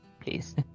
please